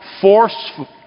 forceful